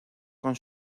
con